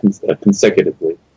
consecutively